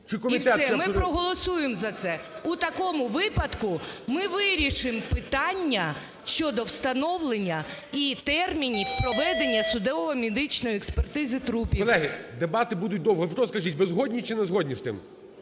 І все. Ми проголосуємо за це. У такому випадку ми вирішимо питання щодо встановлення і термінів проведення судово-медичної експертизи трупів. ГОЛОВУЮЧИЙ. Колеги, дебати будуть довго. Ви просто скажіть, ви згодні, чи